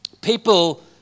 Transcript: People